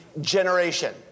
generation